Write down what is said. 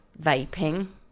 vaping